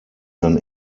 sein